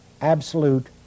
absolute